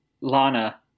Lana